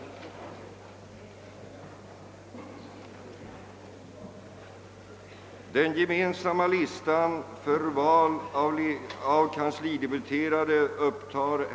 listan upptagna personerna ha blivit utsedda till medlemmar i Nordiska rådet.